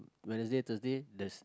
Wednesday Thursday the